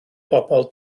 bobl